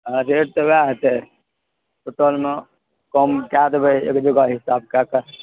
हँ रेट तऽ वएह हेतै टोटलमे कम कै देबै एक जगह हिसाब कै के